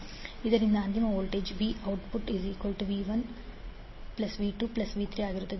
ಆದ್ದರಿಂದ ಅಂತಿಮ voltage v0v1v2v3 ಆಗಿರುತ್ತದೆ